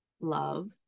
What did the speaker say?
love